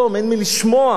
הן מלשמוע,